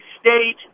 state